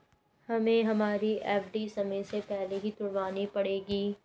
हमें हमारी एफ.डी समय से पहले ही तुड़वानी पड़ेगी